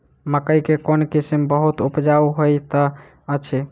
मकई केँ कोण किसिम बहुत उपजाउ होए तऽ अछि?